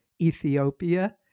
Ethiopia